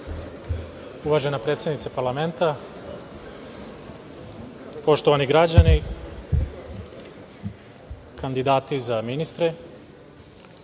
lepo. Uvažena predsednice parlamenta, poštovani građani, kandidati za ministre,